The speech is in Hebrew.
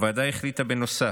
הוועדה החליטה, בנוסף,